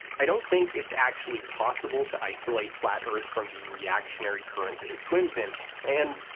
i don't think it's actually possible to isolate flat earth from the reactionary current that it swims in and,